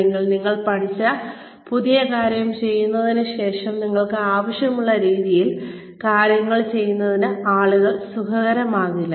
അല്ലെങ്കിൽ നിങ്ങൾ പഠിച്ച പുതിയ കാര്യം ചെയ്തതിന് ശേഷം നിങ്ങൾക്ക് ആവശ്യമുള്ള രീതിയിൽ കാര്യങ്ങൾ ചെയ്യുന്നത് ആളുകൾക്ക് സുഖകരമാകില്ല